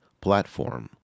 platform